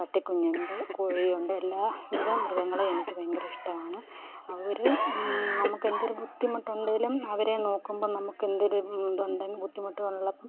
പട്ടിക്കുഞ്ഞുണ്ട് കോഴിയുണ്ട് എല്ലാവിധ മൃഗങ്ങളെയും എനിക്ക് ഭയങ്കര ഇഷ്ടമാണ് അവരും നമുക്ക് എന്തൊരു ബുദ്ധിമുട്ടുണ്ടെങ്കിലും അവരെ നോക്കുമ്പം നമുക്ക് എന്തൊരു ഇതുണ്ടെങ്കിലും ബുദ്ധിമുട്ട് ഉള്ളപ്പം